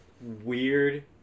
weird